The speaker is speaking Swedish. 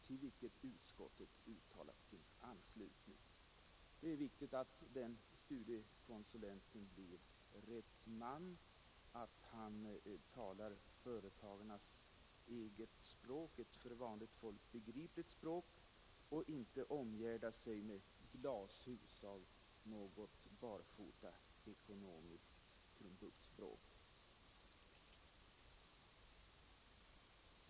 Till detta har utskottet uttalat sin anslutning. Det är viktigt att den studiekonsulenten blir rätt man, att han talar företagarnas eget språk, dvs. ett för vanligt folk begripligt språk och inte omgärdar sig med något glashus av barfotaekonomiskt krumbuktspråk.